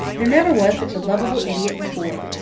there never was such a lovable idiot before.